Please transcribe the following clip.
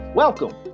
Welcome